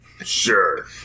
Sure